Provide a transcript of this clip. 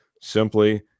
simply